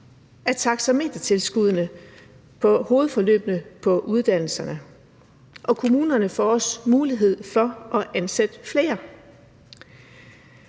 af taxametertilskuddene på hovedforløbet på uddannelserne. Og kommunerne får også mulighed for at ansætte flere.